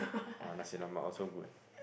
!wah! nasi-lemak also good